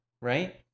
right